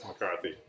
McCarthy